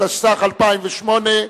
התש"ע 2010,